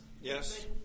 Yes